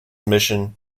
mission